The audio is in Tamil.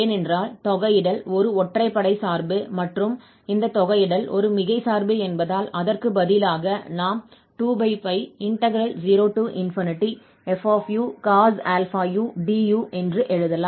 ஏனென்றால் தொகையிடல் ஒரு ஒற்றைப்படை சார்பு மற்றும் இந்த தொகையிடல் ஒரு மிகை சார்பு என்பதால் அதற்கு பதிலாக நாம் 20fucos αu du என்று எழுதலாம்